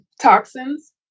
toxins